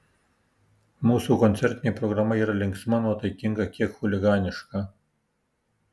mūsų koncertinė programa yra linksma nuotaikinga kiek chuliganiška